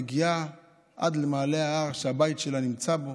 מגיעה עד למעלה ההר שהבית שלה נמצא בו,